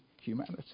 humanity